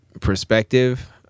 perspective